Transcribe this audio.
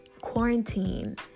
quarantine